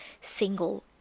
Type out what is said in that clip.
single